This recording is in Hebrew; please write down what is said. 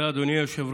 תודה, אדוני היושב-ראש.